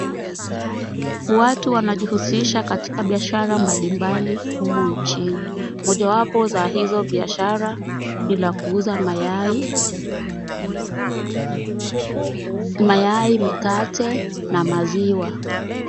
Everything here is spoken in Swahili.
Watu wanajihusisha katika biashara mbalimbali humu nchini. Mojawapo za hizo biashara ni la kuuza mayai, mikate na maziwa.